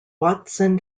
watson